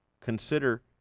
Consider